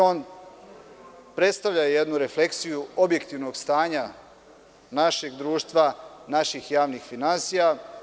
On predstavlja jednu refleksiju objektivnog stanja našeg društva, naših javnih finansija.